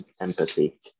empathy